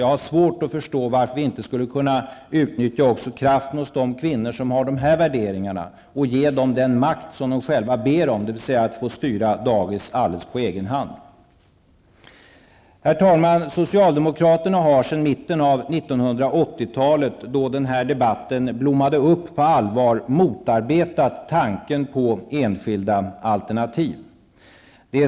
Jag har svårt att förstå varför vi inte skulle utnyttja också kraften hos de kvinnor som har nämnda värderingar och varför vi inte skulle ge dem den makt som de själva ber om. Det handlar då om kraven på att få styra dagis helt på egen hand. Herr talman! Socialdemokraterna har sedan mitten av 1980-talet, då den här debatten på allvar blommade upp, motarbetat tanken på enskilda alternativ.